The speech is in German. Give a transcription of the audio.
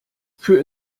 für